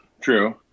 True